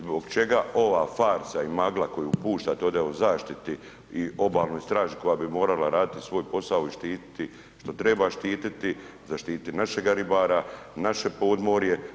Zbog čega ova farsa i magla koju puštate ovdje o zaštiti i obalnoj straži koja bi morala raditi svoj posao i štititi što treba štititi, zaštiti našega ribara, naše podmorje?